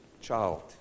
child